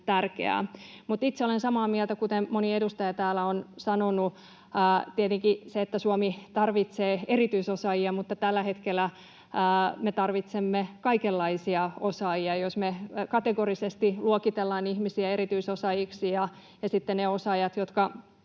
tärkeää. Itse olen samaa mieltä siitä, kuten moni edustaja täällä on sanonut, että tietenkin Suomi tarvitsee erityisosaajia mutta tällä hetkellä me tarvitsemme kaikenlaisia osaajia. Jos me kategorisesti luokitellaan ihmisiä erityisosaajiin ja niihin osaajiin, jotka